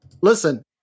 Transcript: Listen